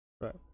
Right